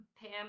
Pam